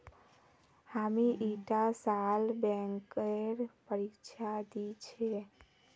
हामी ईटा साल बैंकेर परीक्षा दी छि